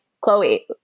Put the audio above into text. Chloe